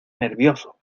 nervioso